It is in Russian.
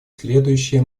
следующее